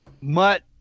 Mutt